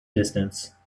distance